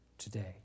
today